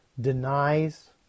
denies